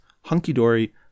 hunky-dory